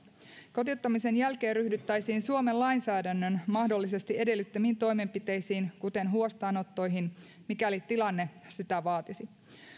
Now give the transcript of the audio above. kotiuttamisen jälkeen ryhdyttäisiin suomen lainsäädännön mahdollisesti edellyttämiin toimenpiteisiin kuten huostaanottoihin mikäli tilanne sitä vaatisi